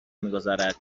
میگذارد